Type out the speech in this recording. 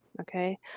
okay